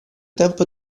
tempo